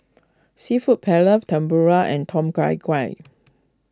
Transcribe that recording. Seafood Paella Tempura and Tom Gai